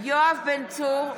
יואב בן צור,